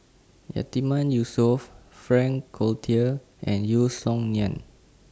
Yatiman Yusof Frank Cloutier and Yeo Song Nian